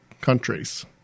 countries